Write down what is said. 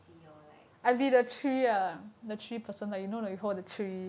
emcee or like